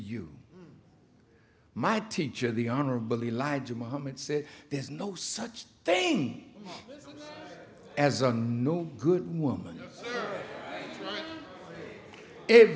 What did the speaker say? you my teacher the honorable elijah muhammad said there is no such thing as a good woman